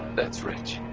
that's rich.